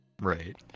Right